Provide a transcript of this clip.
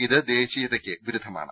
ഇത് ദേശീയതയ്ക്ക് വിരുദ്ധമാണ്